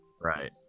right